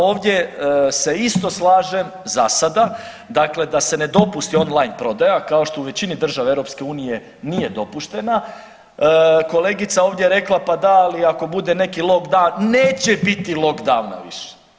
Ovdje se isto slažem za sada, dakle da se ne dopusti on-line prodaja kao što u većini država EU nije dopuštena kolegica je ovdje rekla pa da, ali ako bude neki lockdown neće biti lockdowna više.